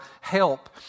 help